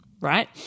right